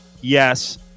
Yes